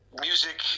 music